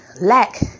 lack